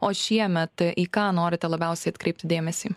o šiemet į ką norite labiausiai atkreipti dėmesį